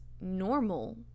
normal